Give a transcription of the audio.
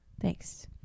Thanks